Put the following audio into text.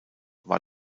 war